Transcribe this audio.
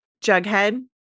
jughead